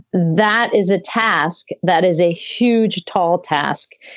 that is a task that is a huge tall task.